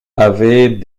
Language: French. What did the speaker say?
avait